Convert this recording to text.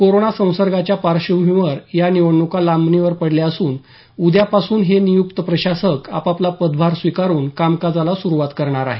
corona संसर्गाच्या पार्श्वभूमीवर या निवडणुका लांबणीवर पडल्या असून उद्यापासुन हे नियुक्त प्रशासक आपापला पदभार स्वीकारुन कामकाजाला सुरुवात करणार आहेत